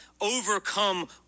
overcome